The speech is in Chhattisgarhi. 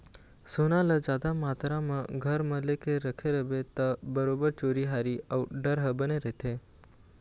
सोना ल जादा मातरा म घर म लेके रखे रहिबे ता बरोबर चोरी हारी अउ डर ह बने रहिथे